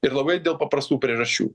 ir labai dėl paprastų priežasčių